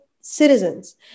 citizens